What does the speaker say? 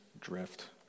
drift